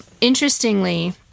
interestingly